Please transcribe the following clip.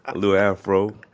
lil afro,